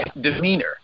demeanor